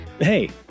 Hey